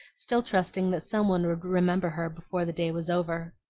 still trusting that some one would remember her before the day was over.